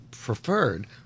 preferred